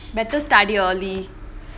better study early